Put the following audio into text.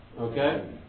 okay